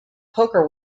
poker